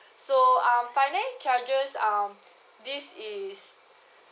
so um finance charges um this is